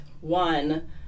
one